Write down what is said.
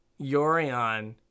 Yorion